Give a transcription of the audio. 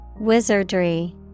Wizardry